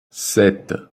sept